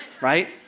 right